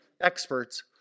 experts